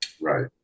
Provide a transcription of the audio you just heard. right